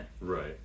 Right